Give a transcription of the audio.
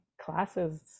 classes